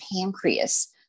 pancreas